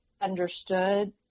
understood